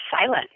silent